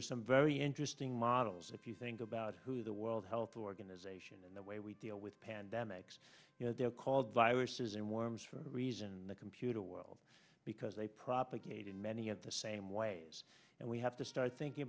interesting models if you think about who is the world health organization and the way we deal with pandemics you know they're called viruses and worms for reason in the computer world because they propagate in many at the same ways and we have to start thinking